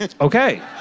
Okay